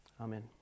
amen